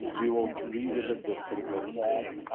and we will re-visit this particular form,